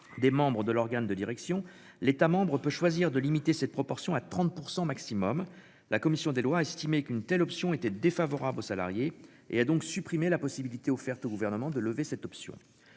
Des membres de l'organe de direction l'État-membre peut choisir de limiter cette proportion à 30% maximum. La commission des lois a estimé qu'une telle option était défavorable aux salariés et a donc supprimé la possibilité offerte aux gouvernements de lever cette option.